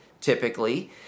typically